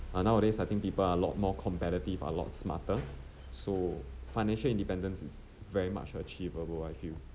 err nowadays I think people are a lot more competitive a lot smarter so financial independence is very much achievable I feel